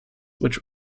which